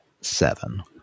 seven